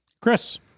Chris